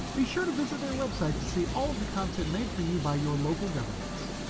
be sure to visit their website to see all of the content made for you by your local governments.